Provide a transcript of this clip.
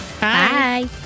Bye